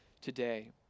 today